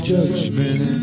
Judgment